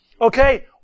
Okay